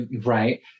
right